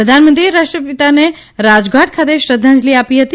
પ્રધાનમંત્રીએ રાષ્ટ્રનિતાને રાજઘાટ ખાતે શ્રધ્ધાંજલી આપી હતી